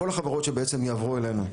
כל החברות שבעצם יעברו אלינו,